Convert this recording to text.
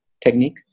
technique